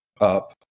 up